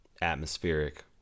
atmospheric